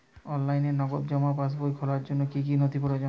অনলাইনে নগদ জমা পাসবই খোলার জন্য কী কী নথি প্রয়োজন?